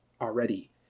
already